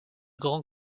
grand